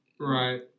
Right